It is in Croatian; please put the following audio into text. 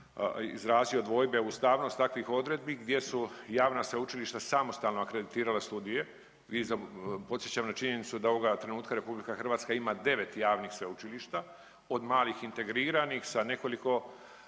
izrazio dvojbe ustavnosti takvih odredbi gdje su javna sveučilišta samostalno akreditirala studije. Podsjećam na činjenicu da ovoga trenutka Republika Hrvatska ima 9 javnih sveučilišta od malih integriranih sa nekoliko